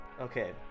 Okay